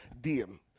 Diem